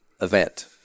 event